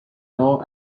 law